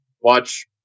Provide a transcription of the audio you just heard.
watch